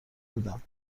بودم